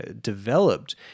developed